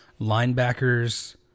linebackers